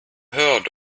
heard